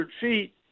feet